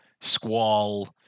Squall